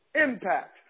Impact